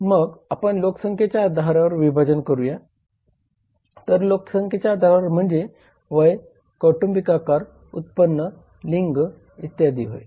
मग आपण लोकसंख्येच्या आधारावर विभाजन पाहूया तर लोकसंख्येच्या आधारावर म्हणजे वय कौटुंबिक आकार उत्पन्न लिंग इत्यादी होय